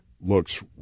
looks